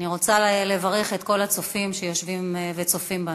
אני רוצה לברך את כל הצופים שיושבים וצופים בנו.